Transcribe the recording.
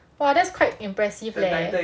!wah! that's quite impressive leh